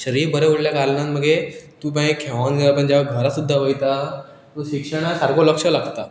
शरीर बरें उरडल्या कारणान मगेर तूं बांय खेळोन ज्या घरा सुद्दा वयता शिक्षणा सारको लक्ष लागता